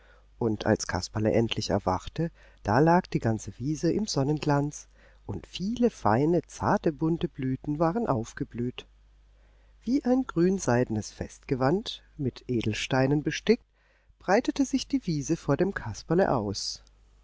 und als kasperle endlich erwachte da lag die ganze wiese im sonnenglanz und viele feine zarte bunte blüten waren aufgeblüht wie ein grünseidenes festgewand mit edelsteinen bestickt breitete sich die wiese vor dem kasperle aus